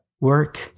work